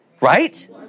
Right